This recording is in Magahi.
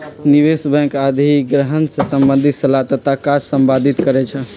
निवेश बैंक आऽ अधिग्रहण से संबंधित सलाह तथा काज संपादित करइ छै